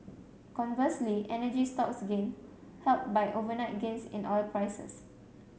conversely energy stocks gained helped by overnight gains in oil prices